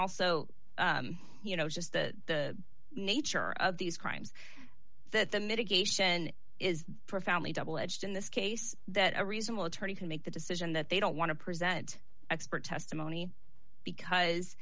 also you know just the nature of these crimes that the mitigation is profoundly double edged in this case that a reasonable attorney can make the decision that they don't want to present expert testimony because